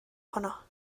honno